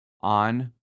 on